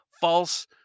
false